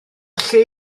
lle